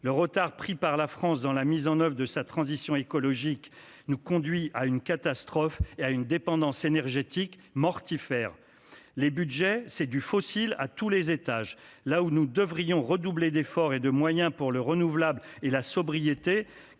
Le retard pris par la France dans la mise en oeuvre de sa transition écologique nous conduit à une catastrophe et à une dépendance énergétique mortifère. Les budgets, c'est du fossile à tous les étages, alors que nous devrions redoubler d'efforts et de moyens en faveur du renouvelable et de la sobriété